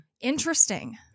Interesting